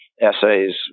essays